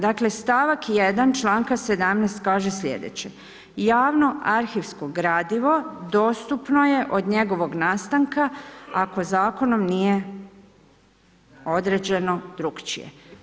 Dakle stavak 1 čl.17 kaže sljedeće „Javno arhivsko gradivo, dostupno je od njegovog nastanka, ako zakonom nije određeno drugačije“